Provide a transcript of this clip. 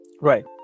Right